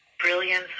brilliance